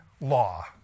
law